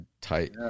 tight